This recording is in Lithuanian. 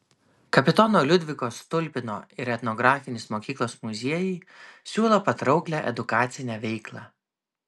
kapitono liudviko stulpino ir etnografinis mokyklos muziejai siūlo patrauklią edukacinę veiklą